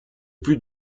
plus